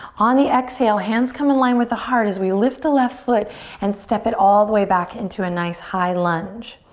on the exhale, hands come in line with the heart as we lift the left foot and step it all the way back into a nice high lunge.